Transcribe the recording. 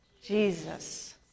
Jesus